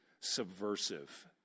subversive